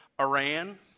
Iran